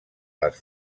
les